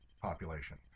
population